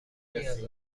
نیاز